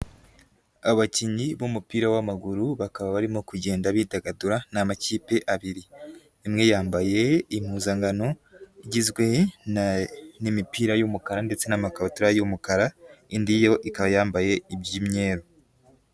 Abakinnyi b'umupira w'amaguru bakaba barimo kugenda bidagadura n'amakipe abiri, imwe yambaye impuzankano igizwe n'imipira y'umukara ndetse n'amakabutura y'umukara, indi yo ikaba yambaye iby'imyeru.